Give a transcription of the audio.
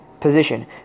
position